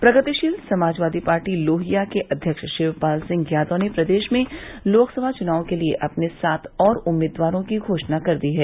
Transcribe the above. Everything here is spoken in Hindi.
प्रगतिशील समाजवादी पार्टी लोहिया के अध्यक्ष शिवपाल सिंह यादव ने प्रदेश में लोकसभा चुनाव के लिये अपने सात और उम्मीदवारों की घोषणा कर दी है